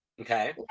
Okay